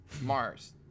Mars